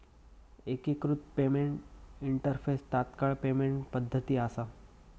एकिकृत payment interface तात्काळ payment पद्धती असा